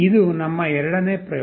ಇದು ನಮ್ಮ ಎರಡನೇ ಪ್ರಯೋಗ